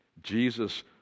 Jesus